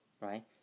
right